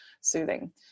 soothing